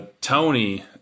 Tony